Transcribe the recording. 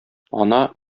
ана